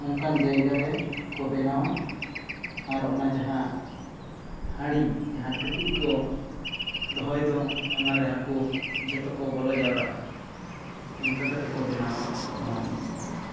ᱚᱱᱠᱟᱱ ᱡᱟᱭᱜᱟ ᱨᱮ ᱠᱚ ᱵᱮᱱᱟᱣᱟ ᱟᱨ ᱚᱱᱟ ᱡᱟᱦᱟᱸ ᱦᱟᱹᱲᱤ ᱡᱟᱦᱟᱸ ᱴᱩᱠᱩᱡ ᱠᱚ ᱫᱚᱦᱚᱭ ᱫᱚ ᱚᱱᱟ ᱨᱮ ᱦᱟᱹᱠᱩ ᱡᱷᱚᱛᱚ ᱦᱟᱹᱠᱩ ᱠᱚ ᱵᱚᱞᱚ ᱡᱟᱨᱣᱟᱜᱼᱟ ᱚᱱᱠᱟ ᱠᱟᱛᱮᱜ ᱠᱚ ᱵᱮᱱᱟᱣᱟ ᱱᱚᱣᱟ ᱫᱚ